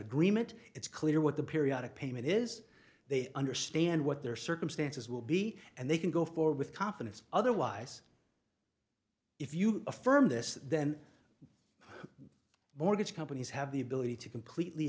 agreement it's clear what the periodic payment is they understand what their circumstances will be and they can go forward with confidence otherwise if you affirm this then mortgage companies have the ability to completely